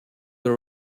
the